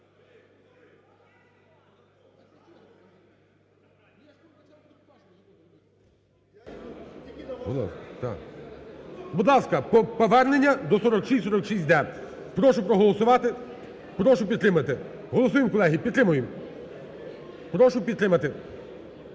Будь ласка, про повернення до 4646-д. Прошу проголосувати, прошу підтримати. Голосуємо, колеги, підтримуємо. Прошу підтримати.